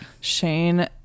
Shane